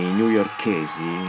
newyorkesi